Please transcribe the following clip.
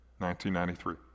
1993